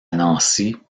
nancy